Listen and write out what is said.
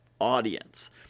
audience